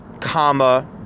comma